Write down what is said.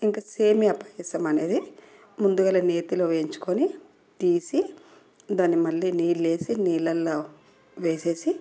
ఇక సేమియా పాయసం అనేది ముందుగాల నేతిలో వేయించుకుని తీసి దాన్ని మళ్ళీ నీళ్లేసి నీళ్లలో వేసేసి